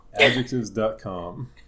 Adjectives.com